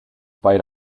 bite